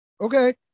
Okay